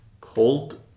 cold